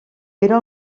era